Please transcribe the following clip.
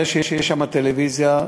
זה שיש שם טלוויזיה,